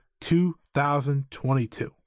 2022